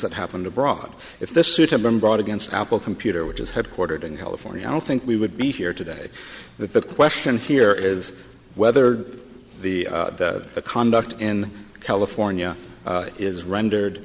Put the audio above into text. that happened abroad if this suit had been brought against apple computer which is headquartered in california i don't think we would be here today but the question here is whether the conduct in california is rendered